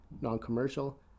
non-commercial